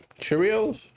Cheerios